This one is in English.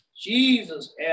Jesus